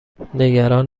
نگران